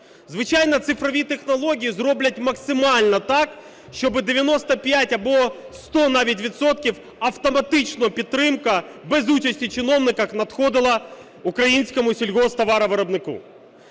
Звичайно, цифрові технології зроблять максимально так, щоб 95 або 100 навіть відсотків автоматично підтримка без участі чиновника надходила українському сільгосптоваровиробнику.